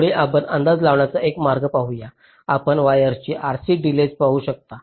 पुढे आपण अंदाज लावण्याचा एक मार्ग पाहू या आपण वायरची RC डीलेय पाहू शकता